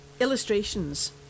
illustrations